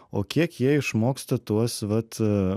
o kiek jie išmoksta tuos vat